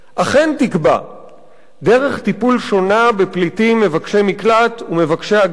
אכן תקבע דרך טיפול שונה בפליטים ומבקשי מקלט ומבקשי הגנה,